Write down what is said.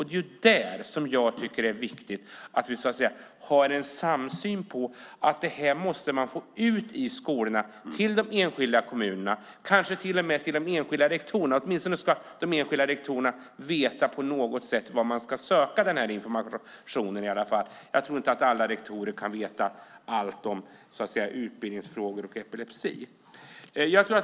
Det är där jag tycker det är viktigt att vi har en samsyn. Vi måste få ut information i skolorna och de enskilda kommunerna, kanske till och med till de enskilda rektorerna. Åtminstone ska de enskilda rektorerna veta var de ska söka informationen. Jag tror inte att alla rektorer kan veta allt om utbildningsfrågor och epilepsi.